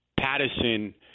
Patterson